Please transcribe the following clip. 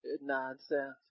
nonsense